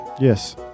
Yes